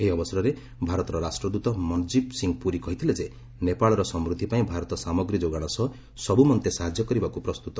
ଏହି ଅବସରରେ ଭାରତର ରାଷ୍ଟ୍ରଦୂତ ମନ୍କୀବ ସିଂହ ପୁରୀ କହିଥିଲେ ଯେ ନେପାଳର ସମୃଦ୍ଧି ପାଇଁ ଭାରତ ସାମଗ୍ରୀ ଯୋଗାଣ ସହ ସବୁମନ୍ତେ ସାହାଯ୍ୟ କରିବାକୁ ପ୍ରସ୍ତୁତ